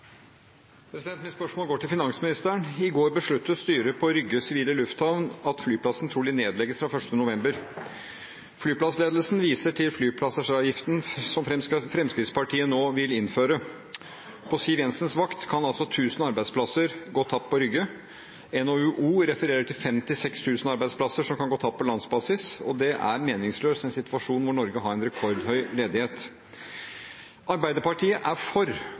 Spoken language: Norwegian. Mitt spørsmål går til finansministeren. I går besluttet styret på Rygge sivile lufthavn at flyplassen trolig nedlegges fra 1. november. Flyplassledelsen viser til flypassasjeravgiften som Fremskrittspartiet nå vil innføre. På Siv Jensens vakt kan altså 1 000 arbeidsplasser gå tapt på Rygge. NHO refererer til 5 000–6 000 arbeidsplasser som kan gå tapt på landsbasis, og det er meningsløst i en situasjon hvor Norge har en rekordhøy ledighet. Arbeiderpartiet er for